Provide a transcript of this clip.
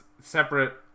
separate